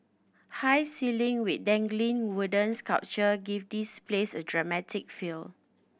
high ceiling with dangling woodens sculpture give this place a dramatic feel